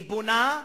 היא בונה,